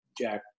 Jack